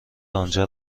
آنجا